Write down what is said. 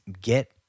get